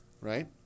right